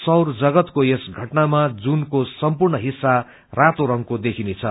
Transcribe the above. सौर जगतको यस घटनामा जूनको सम्पूर्ण हिसा रातो रंगको देखिनेछ